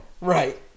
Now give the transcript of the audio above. Right